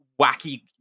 wacky